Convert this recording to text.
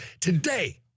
Today